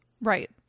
Right